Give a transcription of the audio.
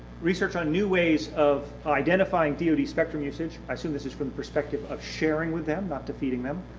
research on new ways of identifying dod spectrum usage. i assume this is from the perspective of sharing with them, not defeating them